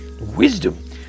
Wisdom